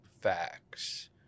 facts